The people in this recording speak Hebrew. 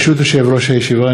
ברשות יושב-ראש הישיבה,